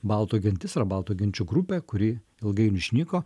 baltų gentis ar baltų genčių grupė kuri ilgainiui išnyko